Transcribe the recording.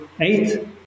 eight